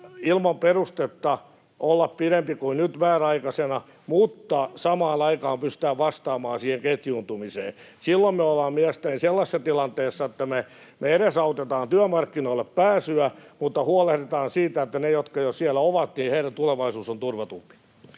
ilman perustetta olla pidempi kuin nyt määräaikaisena mutta samaan aikaan pystytään vastaamaan siihen ketjuuntumiseen. Silloin me ollaan mielestäni sellaisessa tilanteessa, että me edesautetaan työmarkkinoille pääsyä mutta huolehditaan siitä, että heidän, jotka jo siellä ovat, tulevaisuutensa on turvatumpi.